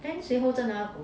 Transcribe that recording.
then 谁 hold 着那个狗